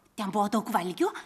ten buvo daug valgio